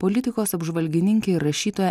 politikos apžvalgininkė ir rašytoja